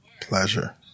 pleasure